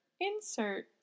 insert